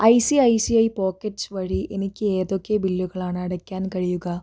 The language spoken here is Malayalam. ഐസിഐസിഐ പോക്കറ്റ് വഴി എനിക്ക് ഏതൊക്കെ ബില്ലുകളാണ് അടയ്ക്കാൻ കഴിയുക